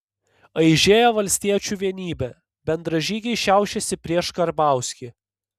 aižėja valstiečių vienybė bendražygiai šiaušiasi prieš karbauskį